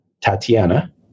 Tatiana